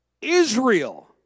Israel